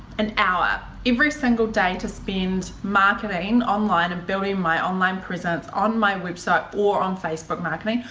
an hour every single day to spend marketing online and building my online presence on my website or on facebook marketing,